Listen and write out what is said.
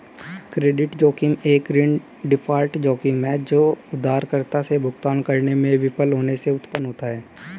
credit जोखिम एक ऋण डिफ़ॉल्ट जोखिम है जो उधारकर्ता से भुगतान करने में विफल होने से उत्पन्न होता है